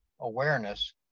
awareness